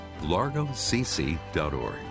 largocc.org